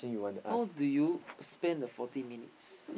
how do you spend the forty minutes